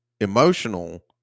emotional